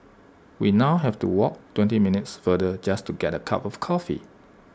we now have to walk twenty minutes farther just to get A cup of coffee